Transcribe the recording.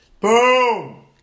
boom